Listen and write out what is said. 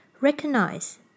recognize